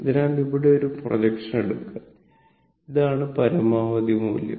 അതിനാൽ ഇവിടെ ഒരു പ്രൊജക്ഷൻ എടുക്കുക ഇതാണ് പരമാവധി മൂല്യം